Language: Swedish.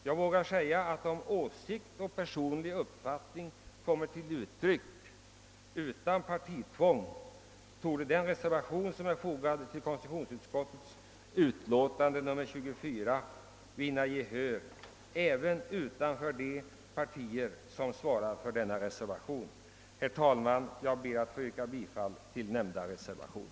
Jag vågar påstå att om åsikt och personlig uppfattning kommer till uttryck utan partitvång borde den reservation som är fogad till konstitutionsutskottets utlåtande nr 24 vinna gehör även utanför de partier som svarar för reservationen. Herr talman! Jag ber att få yrka bifall till nämnda reservation.